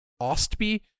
Ostby